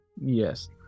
Yes